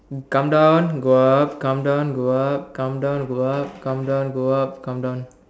come down go up come down go up come down go up come down go up come down